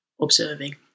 observing